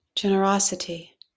Generosity